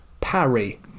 Parry